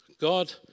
God